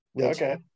Okay